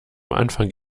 anfang